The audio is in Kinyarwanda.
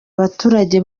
abaturage